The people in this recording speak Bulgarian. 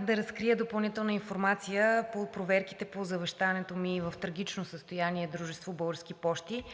да разкрия допълнителна информация по проверките по завещаното ми в трагично състояние дружество „Български пощи“